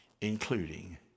including